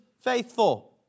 faithful